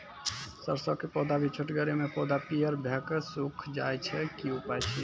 सरसों के पौधा भी छोटगरे मे पौधा पीयर भो कऽ सूख जाय छै, की उपाय छियै?